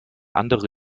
andere